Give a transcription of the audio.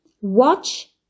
watch